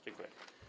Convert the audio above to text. Dziękuję.